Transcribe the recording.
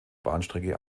bahnstrecke